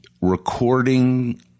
recording